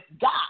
God